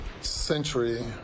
century